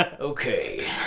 okay